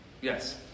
Yes